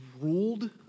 ruled